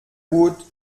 gut